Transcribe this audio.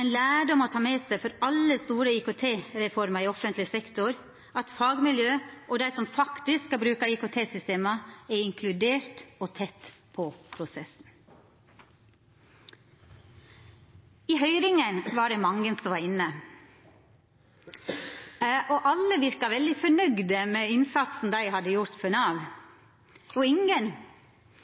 ein lærdom å ta med seg for alle store IKT-reformer i offentleg sektor at fagmiljø og dei som faktisk skal bruka IKT-systema, er inkluderte og tett på prosessen. I høyringa var det mange som var inne. Alle verka veldig fornøgde med innsatsen dei hadde gjort for Nav.